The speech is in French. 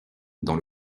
dans